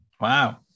Wow